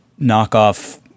knockoff